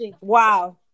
wow